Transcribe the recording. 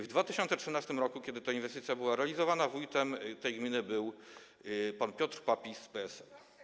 W 2013 r., kiedy ta inwestycja była realizowana, wójtem tej gminy był pan Piotr Papis z PSL.